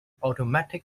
automatic